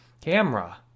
camera